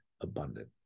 abundant